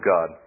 God